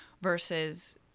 versus